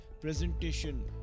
presentation